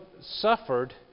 suffered